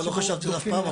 לא חשבתי על זה אף פעם,